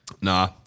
Nah